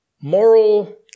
moral